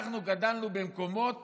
אנחנו גדלנו במקומות